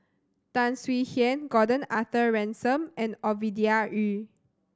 Tan Swie Hian Gordon Arthur Ransome and Ovidia Yu